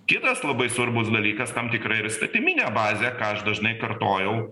kitas labai svarbus dalykas tam tikra ir įstatyminė bazė ką aš dažnai kartojau